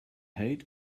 hate